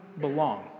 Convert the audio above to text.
belong